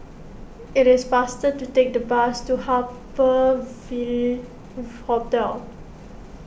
it is faster to take the bus to Harbour Ville Hotel